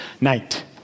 night